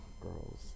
girls